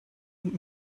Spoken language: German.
und